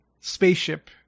spaceship